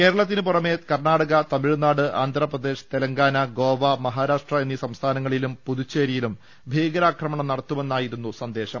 കേരളത്തിന് പുറമെ കർണാടക തമിഴ്നാട് ആന്ധ്രപ്രദേശ് തെലങ്കാന ഗോവ മഹാരാഷ്ട്ര എന്നീ സംസ്ഥാനങ്ങളിലും പുതു ച്ചേരിയിലും ഭീകരാക്രമണം നടത്തുമെന്നായിരുന്നു സന്ദേശം